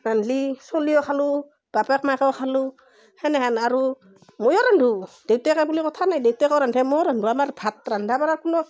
ৰান্ধলি চলিও খালোঁ বাপেক মাকেও খালোঁ তেনেহেন আৰু ময়ো ৰান্ধো দেউতাকে বুলি কথা নাই দেউতাকেও ৰান্ধে ময়ো ৰান্ধো আমাৰ ভাত ৰান্ধা বাঢ়াৰ কোনো